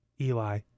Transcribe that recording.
Eli